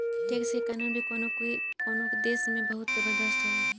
tax के कानून भी कवनो कवनो देश में बहुत जबरदस्त होला